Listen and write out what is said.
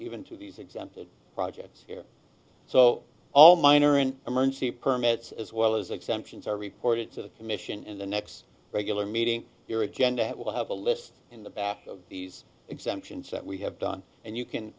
even to these example projects here so all minor and emergency permits as well as exemptions are reported to the commission in the next regular meeting your agenda that will have a list in the back of these exemptions that we have done and you can